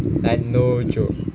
like no joke